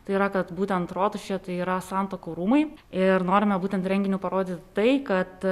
tai yra kad būtent rotušė tai yra santuokų rūmai ir norime būtent renginiu parodyt tai kad